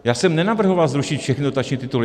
Já jsem nenavrhoval zrušit všechny dotační tituly.